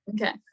okay